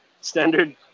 Standard